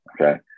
okay